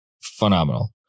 phenomenal